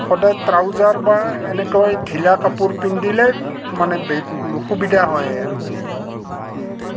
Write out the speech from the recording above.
সদায় ট্ৰাউজাৰ বা এনেকৈ ঢিলা কাপোৰ পিন্ধিলে মানে বে সুবিধা হয় আৰু